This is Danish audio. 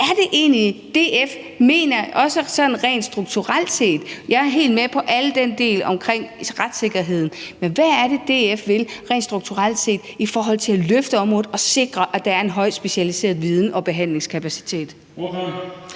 er det egentlig, DF mener også sådan rent strukturelt set? Jeg er helt med på hele den del om retssikkerheden, men hvad er det, DF vil rent strukturelt set i forhold til at løfte området og sikre, at der er en høj grad af specialiseret viden og behandlingskapacitet?